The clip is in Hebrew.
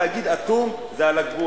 להגיד "אטום" זה על הגבול,